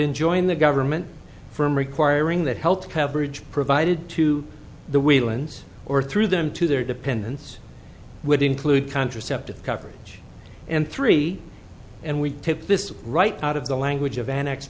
enjoin the government from requiring that health coverage provided to the whelan's or through them to their dependents would include contraceptive coverage and three and we took this right out of the language of an ex